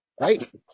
Right